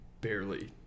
barely